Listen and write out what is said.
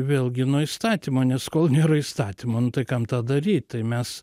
vėlgi nuo įstatymo nes kol nėra įstatymo nu tai kam tą daryt tai mes